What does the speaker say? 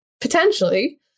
potentially